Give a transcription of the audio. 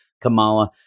Kamala